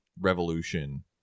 revolution